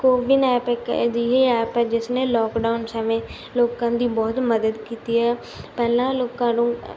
CoWIN app ਇੱਕ ਅਜਿਹੀ app ਹੈ ਜਿਸਨੇ ਲਾਕਡਾਊਨ ਸਮੇਂ ਲੋਕਾਂ ਦੀ ਬਹੁਤ ਮਦਦ ਕੀਤੀ ਹੈ ਪਹਿਲਾਂ ਲੋਕਾਂ ਨੂੰ